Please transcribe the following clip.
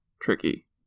tricky